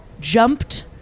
jumped